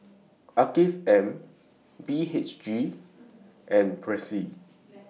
Afiq M B H G and Persil